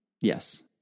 Yes